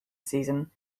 season